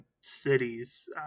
cities